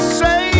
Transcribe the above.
say